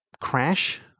crash